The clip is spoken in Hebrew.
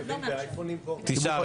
תשעה.